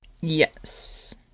Yes